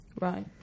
right